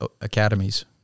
Academies